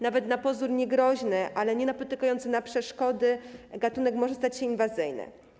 Nawet na pozór niegroźny, ale nienapotykający przeszkód gatunek może stać się inwazyjny.